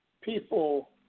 people